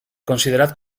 considerat